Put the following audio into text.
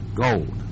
gold